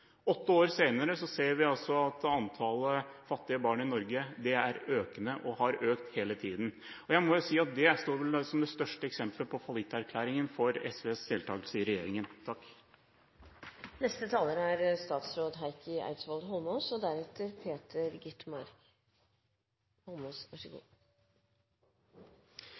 Åtte år senere ser vi at antallet fattige barn i Norge er økende og har økt hele tiden. Jeg må jo si at det vel står som det største eksempelet på fallitterklæringen for SVs deltagelse i regjeringen. Jeg skal forholde meg til debatten om stortingsmeldingen. Jeg vil begynne med å si at det er